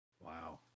Wow